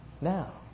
Now